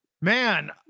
Man